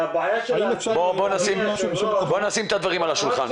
--- והבעיה שלנו --- בואו נשים את הדברים על השולחן,